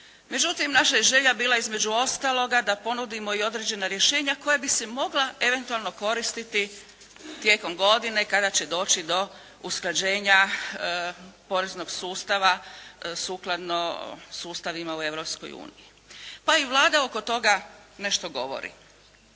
Međutim, naša je želja bila između ostaloga da ponudimo i određena rješenja koja bi se mogla eventualno koristiti tijekom godine kada će doći do usklađenja poreznog sustava sukladno sustavima u Europskoj uniji. Pa i Vlada oko toga nešto govori.